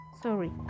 sorry